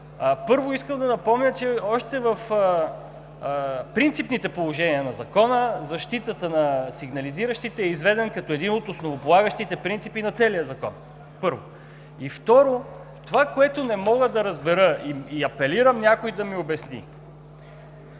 Първо, искам да напомня, че още в принципните положения на Закона защитата на сигнализиращите е изведен като един от основополагащите принципи на целия Закон. Второ, това, което не мога да разбера и апелирам някой да ми обясни